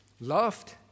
loved